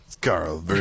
Carl